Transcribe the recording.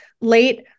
late